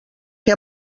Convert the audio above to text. que